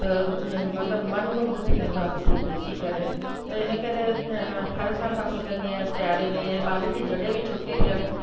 मतिलबु मनु मुक्त थी वेंदो आहे हुते ॾिसी करे त इन करे हा हर साल मां सोचंदी आहियां सियारे में या ॿारनि जी जॾहिं बि छुटी थियनि